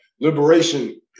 liberation